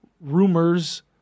rumors